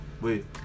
Wait